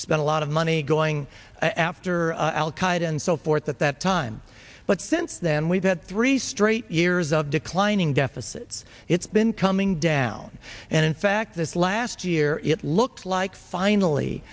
spend a lot of money going after al qaida and so forth at that time but since then we've had three straight years of declining deficits it's been coming down and in fact this last year it looks like finally